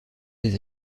des